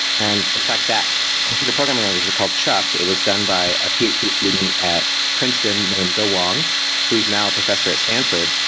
and in fact, that computer programming language is called chuck. it was done by a ph d. student at princeton named ge wang who is now a professor at stanford.